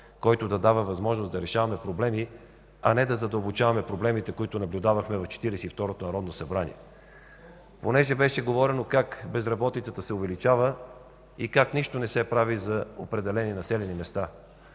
който да дава възможност да решаваме проблемите, а не да задълбочаваме проблемите, които наблюдавахме в Четиридесет и второто народно събрание. Говори се как безработицата се увеличава и нищо не се прави за определени населени места.